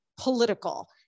political